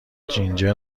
جینجر